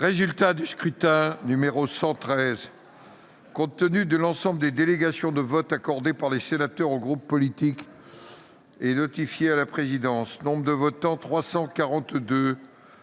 résultat du scrutin. Voici, compte tenu de l'ensemble des délégations de vote accordées par les sénateurs aux groupes politiques et notifiées à la présidence, le résultat du